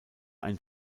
ein